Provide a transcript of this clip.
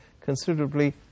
considerably